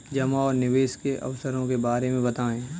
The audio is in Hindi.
जमा और निवेश के अवसरों के बारे में बताएँ?